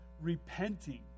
repenting